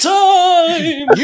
time